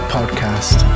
Podcast